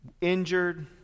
Injured